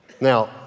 Now